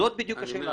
זאת בדיוק השאלה.